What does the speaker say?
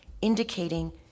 indicating